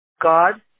God